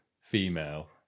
female